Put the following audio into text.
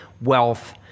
wealth